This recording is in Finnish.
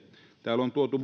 täällä on tuotu